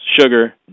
sugar